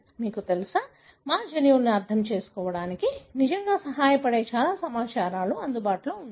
మీకు తెలుసా మా జన్యువులను అర్థం చేసుకోవడానికి నిజంగా సహాయపడే చాలా సమాచారం అందుబాటులో ఉంది